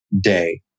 day